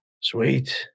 Sweet